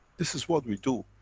this is what we do.